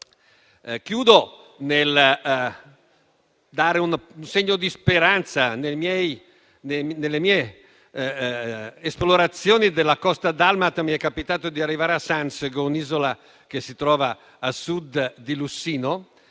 Chiudo nel dare un segno di speranza. Nelle mie esplorazioni della costa dalmata mi è capitato di arrivare a Sansego, un'isola che si trova a sud di Lussino,